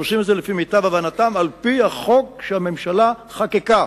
הם עושים את זה לפי מיטב הבנתם ועל-פי החוק שהממשלה חוקקה,